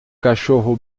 cachorro